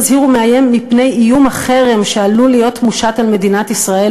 מזהיר ומאיים מפני איום החרם שעלול להיות מושת על מדינת ישראל,